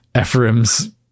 Ephraim's